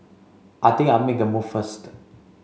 I think I'll make a move first